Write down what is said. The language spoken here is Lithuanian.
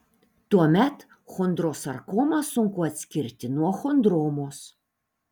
tuomet chondrosarkomą sunku atskirti nuo chondromos